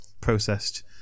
processed